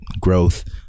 growth